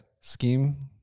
scheme